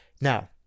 Now